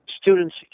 students